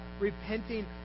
repenting